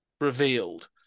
revealed